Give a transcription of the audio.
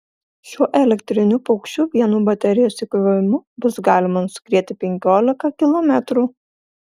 šiuo elektriniu paukščiu vienu baterijos įkrovimu bus galima nuskrieti penkiolika kilometrų